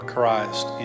Christ